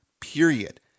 period